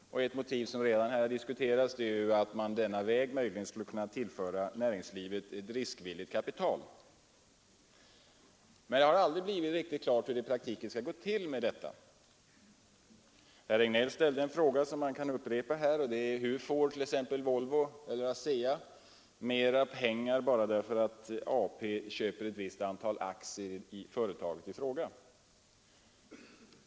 Ett motiv som redan har diskuterats är att man denna väg möjligen skulle kunna tillföra näringslivet ett riskvilligt kapital, men det har aldrig klart uttalats hur det i praktiken skulle gå till. Herr Regnéll ställde en fråga, som man kan upprepa, om hur t.ex. Volvo eller Asea skulle få mera pengar bara därför att staten köper ett visst antal aktier i företaget i fråga.